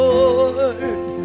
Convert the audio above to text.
Lord